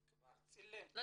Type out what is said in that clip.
הוא כבר צילם, מספיק.